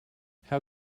how